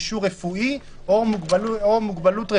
הוועדה לא אמרה שזה כן,